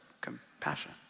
compassion